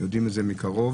יודעים את זה מקרוב.